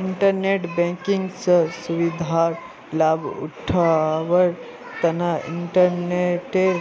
internet banking स सुविधार लाभ उठावार तना इंटरनेटेर